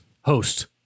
Host